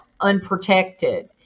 unprotected